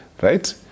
right